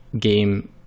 game